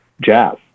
jazz